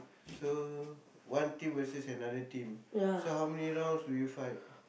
so one team versus another team so how many rounds do you fight